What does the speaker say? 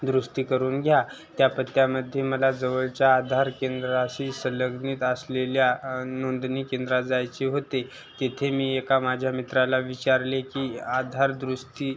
दुरुस्त करून घ्या त्या पत्यामध्ये मला जवळच्या आधार केंद्राशी संलग्नता असलेल्या नोंदणी केंद्रात जायचे होते तिथे मी एका माझ्या मित्राला विचारले की आधार दुरुस्ती